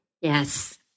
Yes